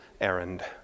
errand